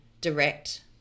direct